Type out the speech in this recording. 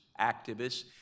activists